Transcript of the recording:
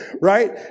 right